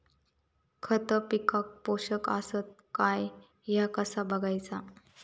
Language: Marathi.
खता पिकाक पोषक आसत काय ह्या कसा बगायचा?